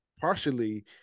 partially